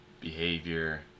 behavior